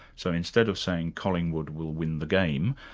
so instead of saying collingwood will win the game,